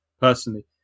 personally